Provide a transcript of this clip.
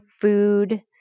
food